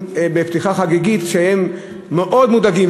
בפתיחה חגיגית, כשהם מאוד מודאגים.